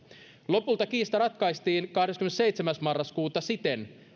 lopulta kiista ratkaistiin kahdeskymmenesseitsemäs yhdettätoista siten